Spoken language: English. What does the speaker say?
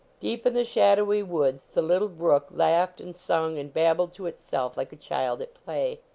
deep in the shadowy woods the little brook laughed and sung and babbled to itself like a child at play.